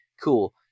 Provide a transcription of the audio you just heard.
Cool